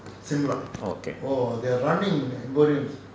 oh okay